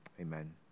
amen